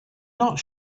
not